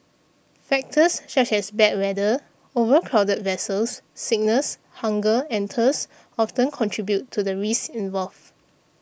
factors such as bad weather overcrowded vessels sickness hunger and thirst often contribute to the risks involved